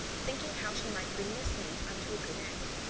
thinking how she might bring this need unto a good end.